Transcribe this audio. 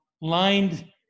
lined